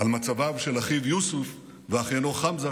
על מצבו של אחיו יוסף ואחיינו חמזה,